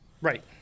Right